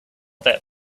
that